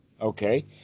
Okay